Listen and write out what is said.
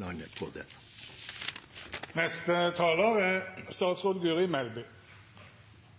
landet – om dette. Siden både siste taler